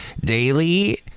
Daily